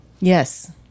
Yes